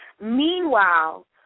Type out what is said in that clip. Meanwhile